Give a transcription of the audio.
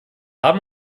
haben